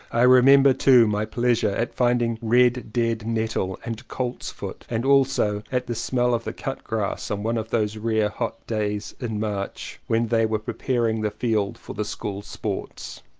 i remember too my pleasure at finding red dead nettle and colt's foot, and also at the smell of the cut grass on one of those rare hot days in march when they were pre paring the field for the school sports.